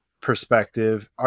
perspective